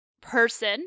person